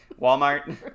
Walmart